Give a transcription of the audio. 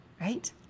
right